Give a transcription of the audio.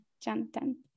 Jonathan